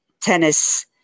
tennis